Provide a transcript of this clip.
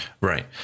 Right